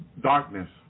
darkness